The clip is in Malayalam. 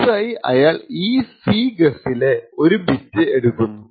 അടുത്തതായി അയാൾ ഈ C ഗെസ്സിലെ ഒരു ബിറ്റ് എടുക്കുന്നു